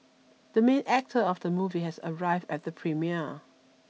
the main actor of the movie has arrived at the premiere